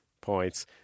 points